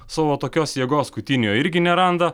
savo tokios jėgos kutinio irgi neranda